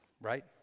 Right